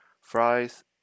fries